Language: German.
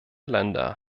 länder